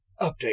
update